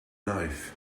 knife